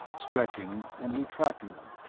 stretching and retracting them.